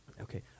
Okay